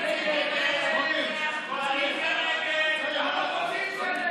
להעביר לוועדה את הצעת חוק הרשות לפיתוח הנגב (תיקון מס' 4)